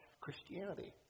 Christianity